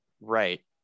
Right